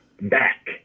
back